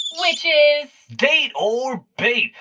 which is. date or bait,